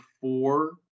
four